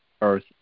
earth